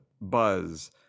buzz